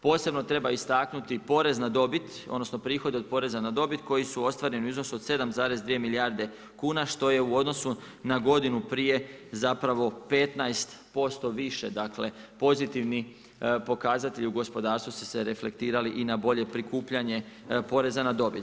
Posebno, treba istaknuti porez na dobit, odnosno, prihode od poreza na dobit, koji su ostvareni u iznosu od 7,2 milijarde kuna, što je u odnosu na godinu prije zapravo 15% više, dakle, pozitivni pokazatelji u gospodarstvu su se reflektirali i na bolje prikupljanje porezna na dobiti.